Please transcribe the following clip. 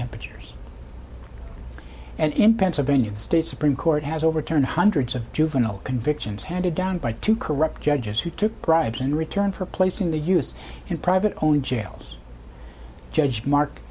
temperatures and in pennsylvania state supreme court has overturned hundreds of juvenile convictions handed down by two corrupt judges who took bribes in return for placing the u s in private only jails judge mark